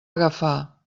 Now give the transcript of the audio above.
agafar